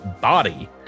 body